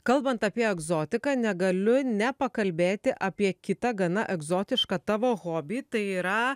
kalbant apie egzotiką negaliu nepakalbėti apie kitą gana egzotišką tavo hobį tai yra